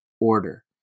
order